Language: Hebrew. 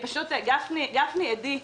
גפני העדיף